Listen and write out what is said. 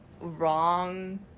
wrong